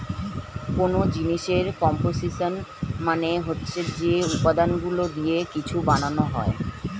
কোন জিনিসের কম্পোসিশন মানে হচ্ছে যে উপাদানগুলো দিয়ে কিছু বানানো হয়